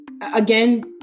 again